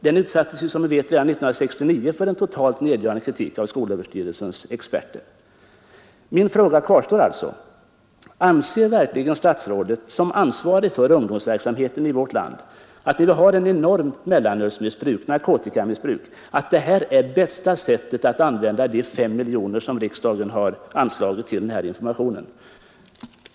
Den utsattes som bekant redan 1969 för en totalt nedgörande kritik av skolöverstyrelsens experter. Min fråga kvarstår alltså: Anser verkligen statsrådet fru Odhnoff som ansvarig för ungdomsverksamheten i vårt land när vi nu har ett enormt mellanölsoch narkotikamissbruk — att detta är bästa sättet att använda de 5 miljoner kronor som riksdagen har anslagit till denna informa tion?